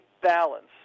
balance